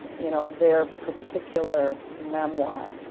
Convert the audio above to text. you know, their particular memoir,